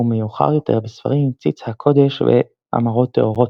ומאוחר יותר בספרים "ציץ הקודש" ו"אמרות טהורות",